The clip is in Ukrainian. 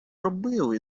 робив